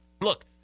Look